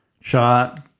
shot